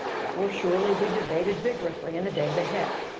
that will surely be debated vigorously in the days ahead.